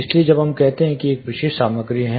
इसलिए जब हम कहते हैं कि एक विशिष्ट सामग्री है